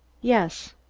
yes.